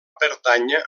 pertànyer